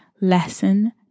lesson